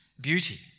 beauty